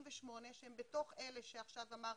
ויש שם 158 שהם בתוך אלה שעכשיו אמרתי,